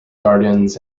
gardens